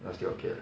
now still okay